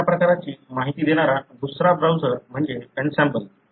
अशा प्रकारची माहिती देणारा दुसरा ब्राउझर म्हणजे अनसाम्बल